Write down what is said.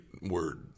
word